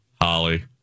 Holly